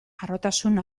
harrotasun